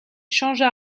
changea